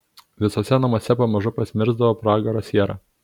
visuose namuose pamažu pasmirsdavo pragaro siera